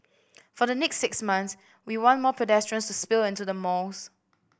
for the next six months we want more pedestrians to spill into the malls